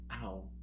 ow